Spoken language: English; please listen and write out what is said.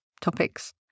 topics